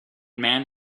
man